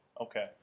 Okay